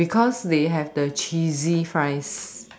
because they have the cheesy fries